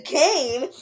game